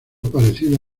parecida